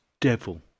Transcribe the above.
Devil